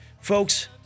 Folks